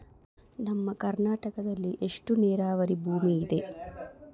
ನಮ್ಮ ಕರ್ನಾಟಕದಲ್ಲಿ ಎಷ್ಟು ನೇರಾವರಿ ಭೂಮಿ ಇದೆ?